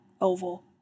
oval